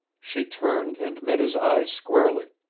she turned and met his eyes squarely,